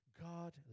God